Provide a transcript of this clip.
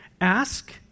ask